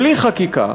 בלי חקיקה